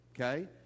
okay